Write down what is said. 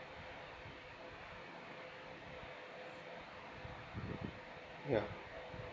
yeah